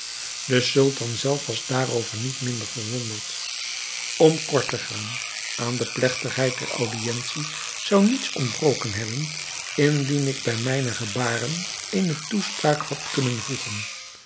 de sultan zelf was daarover niet minder verwonderd om kort te gaan aan de plegtigheid der audientie zou niets ontbroken hebben indien ik bij mijne gebaren eene toespraak had kunnen voegen